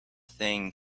thing